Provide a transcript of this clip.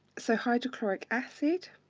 so hydrochloric acid